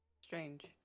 strange